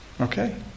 Okay